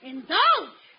Indulge